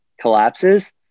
collapses